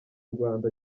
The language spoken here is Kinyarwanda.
rwanda